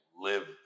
live